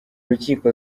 rukiko